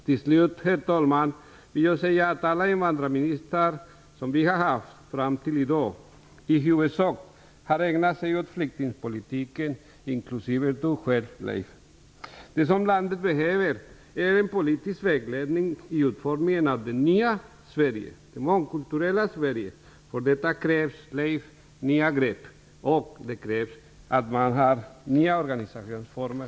Till slut, herr talman, vill jag säga att alla invandrarministrar som vi fram till i dag haft i huvudsak har ägnat sig åt flyktingpolitiken, inklusive Leif Blomberg själv. Vad landet behöver är politisk vägledning för utformningen av det nya Sverige, det mångkulturella Sverige. För detta krävs det, Leif Blomberg, nya grepp och nya organisationsformer.